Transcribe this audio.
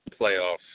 playoffs